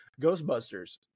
Ghostbusters